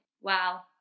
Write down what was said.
Wow